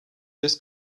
this